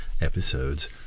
episode's